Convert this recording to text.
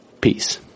Peace